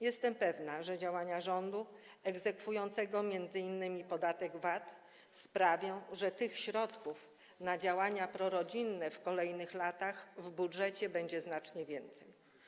Jestem pewna, że działania rządu egzekwującego m.in. podatek VAT sprawią, że tych środków na działania prorodzinne w kolejnych latach w budżecie będzie znacznie więcej.